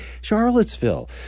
Charlottesville